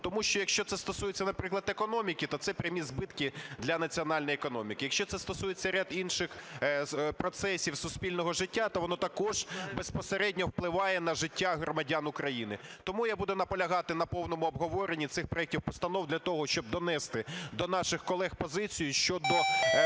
Тому що якщо це стосується, наприклад, економіки, то це прямі збитки для національної економіки. Якщо це стосується ряду інших процесів суспільного життя, то воно також безпосередньо впливає на життя громадян України. Тому я буду наполягати на повному обговоренні цих проектів постанов для того, щоб донести до наших колег позицію щодо